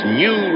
new